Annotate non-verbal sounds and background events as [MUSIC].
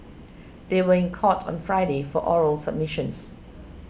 [NOISE] they were in court on Friday for oral submissions